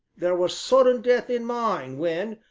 there was sudden death in mine, when,